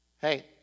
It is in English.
Hey